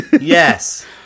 Yes